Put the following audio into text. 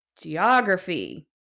geography